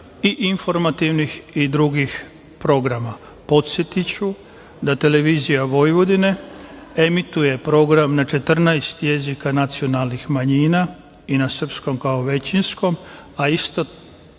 i informativnih i drugih programa. Podsetiću da televizija Vojvodine emituje program na 14 jezika nacionalnih manjina i na srpskom kao većinskom, a isti